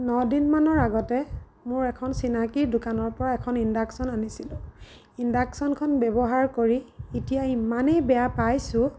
ন দিন মানৰ আগতে মোৰ এখন চিনাকি দোকানৰ পৰা এখন ইণ্ডাকশ্যন আনিছিলো ইণ্ডাকশ্যনখন ব্যৱহাৰ কৰি এতিয়া ইমানেই বেয়া পাইছোঁ